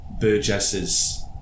Burgess's